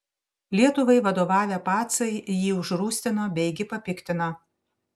lietuvai vadovavę pacai jį užrūstino beigi papiktino